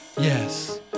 Yes